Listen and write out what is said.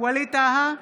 ווליד טאהא,